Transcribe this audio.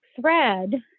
Thread